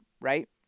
right